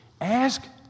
ask